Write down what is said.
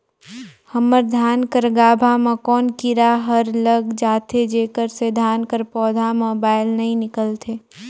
हमर धान कर गाभा म कौन कीरा हर लग जाथे जेकर से धान कर पौधा म बाएल नइ निकलथे?